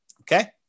Okay